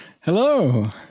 Hello